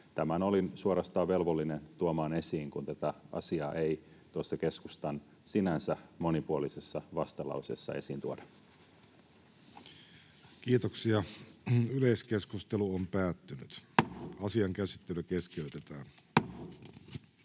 Tämän olin suorastaan velvollinen tuomaan esiin, kun tätä asiaa ei tuossa keskustan sinänsä monipuolisessa vastalauseessa esiin tuoda. Ainoaan käsittelyyn esitellään